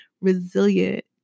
resilient